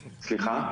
סליחה?